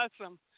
awesome